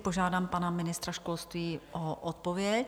Požádám pana ministra školství o odpověď.